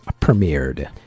premiered